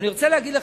אני רוצה להגיד לך,